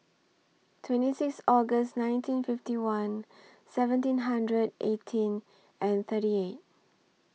twenty six August nineteen fifty one seventeen hundred eighteen and thirty eight